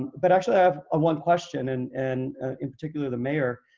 but, actually, i have ah one question, and, and in particular, the mayor,